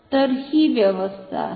तर ही व्यवस्था आहे